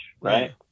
right